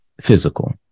physical